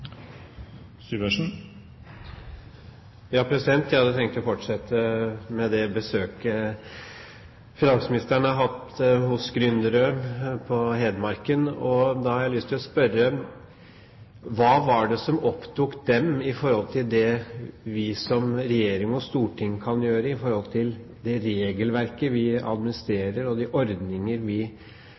Jeg hadde tenkt å fortsette med det besøket finansministeren har hatt hos gründere på Hedmarken, og da har jeg lyst til å spørre: Hva var det som opptok dem når det gjelder det vi som regjering og storting kan gjøre i forhold til det regelverket og de ordninger vi